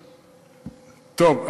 טוב,